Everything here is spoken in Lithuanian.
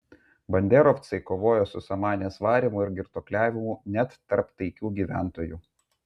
banderovcai kovojo su samanės varymu ir girtuokliavimu net tarp taikių gyventojų